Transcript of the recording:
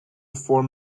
form